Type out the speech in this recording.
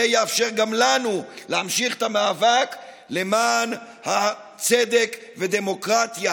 זה יאפשר גם לנו להמשיך את המאבק למען צדק ודמוקרטיה.